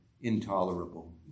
intolerable